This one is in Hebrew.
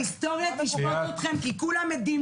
ההיסטוריה תשפוט אתכם, כי כולם עדים לזה.